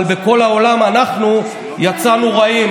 אבל בכל העולם אנחנו יצאנו רעים.